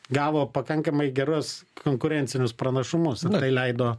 gavo pakankamai gerus konkurencinius pranašumus tai leido